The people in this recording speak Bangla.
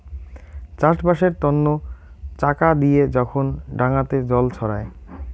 চাষবাসের তন্ন চাকা দিয়ে যখন ডাঙাতে জল ছড়ায়